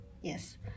Yes